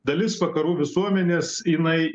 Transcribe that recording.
dalis vakarų visuomenės jinai